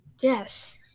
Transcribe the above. yes